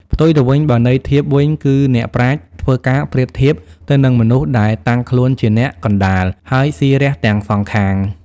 ផ្ទុយទៅវិញ បើន័យធៀបវិញគឺអ្នកប្រាជ្ញធ្វើការប្រៀបធៀបទៅនឹងមនុស្សដែលតាំងខ្លួនជាអ្នកកណ្ដាល ហើយស៊ីរះទាំងសងខាង ។